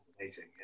Amazing